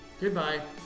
goodbye